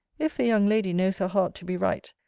if the young lady knows her heart to be right,